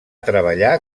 treballar